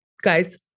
Guys